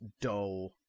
dull